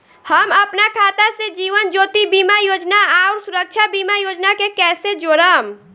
हम अपना खाता से जीवन ज्योति बीमा योजना आउर सुरक्षा बीमा योजना के कैसे जोड़म?